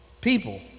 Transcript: people